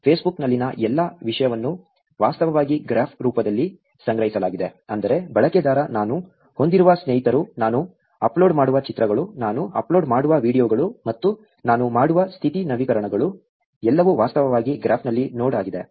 Facebook ನಲ್ಲಿನ ಎಲ್ಲಾ ವಿಷಯವನ್ನು ವಾಸ್ತವವಾಗಿ ಗ್ರಾಫ್ ರೂಪದಲ್ಲಿ ಸಂಗ್ರಹಿಸಲಾಗಿದೆ ಅಂದರೆ ಬಳಕೆದಾರ ನಾನು ಹೊಂದಿರುವ ಸ್ನೇಹಿತರು ನಾನು ಅಪ್ಲೋಡ್ ಮಾಡುವ ಚಿತ್ರಗಳು ನಾನು ಅಪ್ಲೋಡ್ ಮಾಡುವ ವೀಡಿಯೊಗಳು ಮತ್ತು ನಾನು ಮಾಡುವ ಸ್ಥಿತಿ ನವೀಕರಣಗಳು ಎಲ್ಲವೂ ವಾಸ್ತವವಾಗಿ ಗ್ರಾಫ್ನಲ್ಲಿ ನೋಡ್ ಆಗಿದೆ